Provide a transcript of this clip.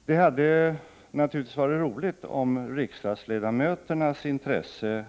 Och det hade naturligtvis varit roligt om riksdagsledamöternas intresse